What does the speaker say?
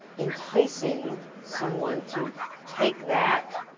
enticing someone to take that